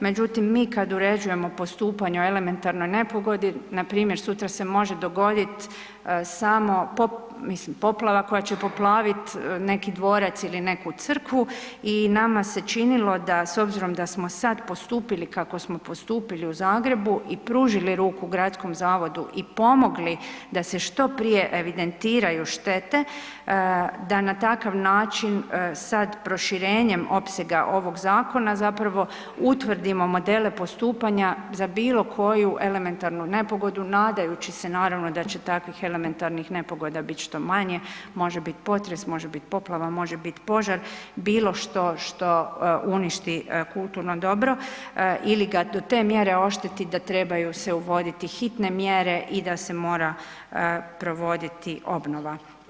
Međutim, mi kad uređujemo postupanja o elementarnoj nepogodi, npr. sutra se može dogoditi samo, mislim poplava koja će poplaviti neki dvorac ili neku crkvu i nama se činilo da, s obzirom da smo sad postupili kako smo postupili u Zagrebu i pružili ruku gradskom zavodu i pomogli da se što prije evidentiraju štete, da na takav način sad proširenjem opsega ovog zakona zapravo utvrdimo modele postupanja za bilo koju elementarnu nepogodu, nadajući se, naravno, da će takvih elementarnih nepogoda biti što manje, može biti potres, može biti poplava, može biti požar, bilo što što uništi kulturno dobro ili ga do te mjere ošteti da trebaju se uvoditi hitne mjere i da se mora provoditi obnova.